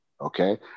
Okay